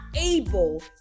able